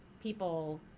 people